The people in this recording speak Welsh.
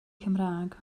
cymraeg